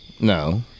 No